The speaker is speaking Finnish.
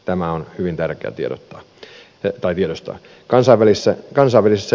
tämä on hyvin tärkeä tiedostaa